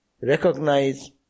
recognize